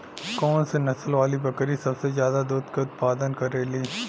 कौन से नसल वाली बकरी सबसे ज्यादा दूध क उतपादन करेली?